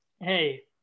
hey